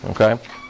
okay